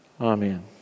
Amen